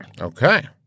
Okay